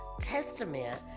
Testament